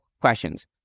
questions